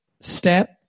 step